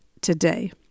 today